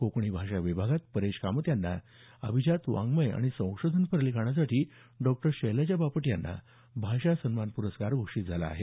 कोकणी भाषा विभागात परेश कामत यांना अभिजात वाङ्वय आणि संशोधन पर लिखाणासाठी डॉक्टर शैलजा बापट यांना भाषा सन्मान पुरस्कार घोषित झाला आहे